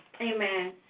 Amen